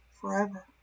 forever